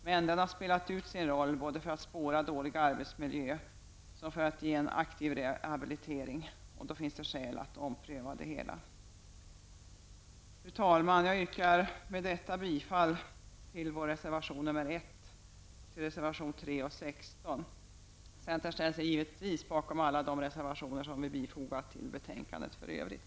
Men den har spelat ut sin roll både när det gäller att spåra dålig arbetsmiljö och att ge en aktiv rehabilitering. Därför finns det skäl att ompröva den. Fru talman! Jag yrkar bifall till vår reservation 1 och till reservationerna 3 och 16. Centern ställer sig givetvis bakom alla reservationer som vi i övrigt fogat till betänkandet.